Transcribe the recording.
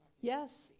yes